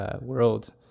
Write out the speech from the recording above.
world